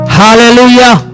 hallelujah